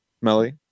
Melly